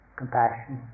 compassion